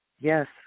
Yes